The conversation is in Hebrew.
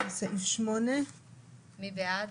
סעיף 6. מי בעד?